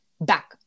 back